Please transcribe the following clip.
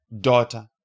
daughter